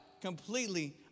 completely